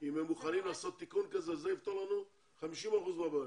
אם הם מוכנים לעשות תיקון כזה כי זה יפתור לנו 50 אחוזים מהבעיות.